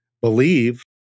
believe